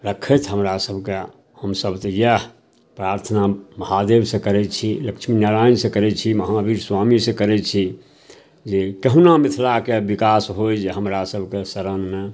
राखथि हमरासभके हमसभ तऽ इएह प्रार्थना महादेवसे करै छी लक्ष्मी नारायणसे करै छी महावीर स्वामीसे करै छी जे कहुना मिथिलाके विकास होइ जे हमरासभके शरणमे